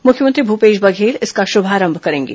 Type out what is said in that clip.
मुख्यमंत्री भूपेश बंघेल इसका शुभारंभ करेंगे